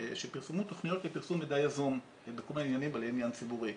שפרסמו תוכניות לפרסום מידע יזום בכל מיני עניינים בעלי עניין ציבורי.